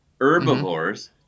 herbivores